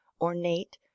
ornate